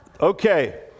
okay